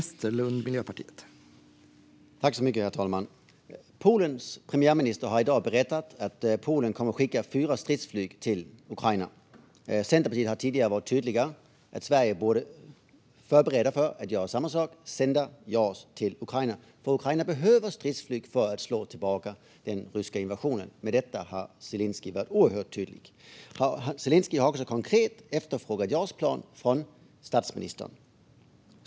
Herr talman! Polens premiärminister har i dag berättat att Polen kommer att skicka fyra stridsflygplan till Ukraina. Centerpartiet har tidigare varit tydligt med att Sverige borde förbereda för att sända Jas till Ukraina, för Ukraina behöver stridsflyg för att slå tillbaka den ryska invasionen - med detta har Zelenskyj varit oerhört tydlig. Han har också konkret efterfrågat Jas-plan från statsministern.